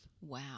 Wow